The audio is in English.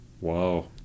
Wow